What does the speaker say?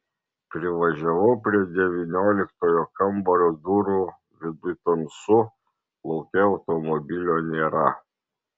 privažiavau prie devynioliktojo kambario durų viduj tamsu lauke automobilio nėra